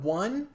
one